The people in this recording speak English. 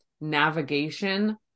navigation